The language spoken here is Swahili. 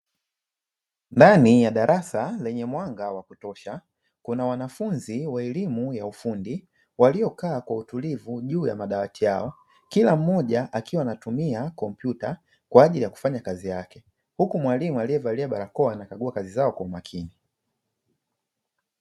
Ndani ya darasa lenye mwanga wa kutosha, kuna wanafunzi wa elimu ya ufundi waliokaa kwa utulivu juu ya madawati yao, kila mmoja akiwa anatumia kompyuta kwa ajili ya kufanya kazi yake; huku mwalimu aliyevalia barakoa anakagua kazi zao kwa makini.